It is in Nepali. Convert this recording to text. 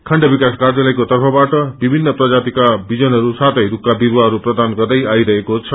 खण्ड विकास कार्यालयको तर्फबाट विभिन्न प्रजातिका विजनहरू साथै रूखका विरूवाहरू प्रदान गर्दै आईरहेको छ